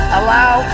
allow